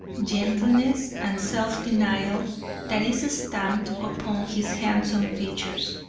gentleness and self-denial that is stamped upon his handsome features.